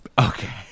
Okay